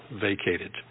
vacated